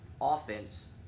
offense